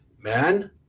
man